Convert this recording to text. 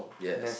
yes